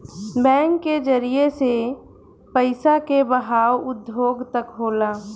bank के जरिए से पइसा के बहाव उद्योग तक होला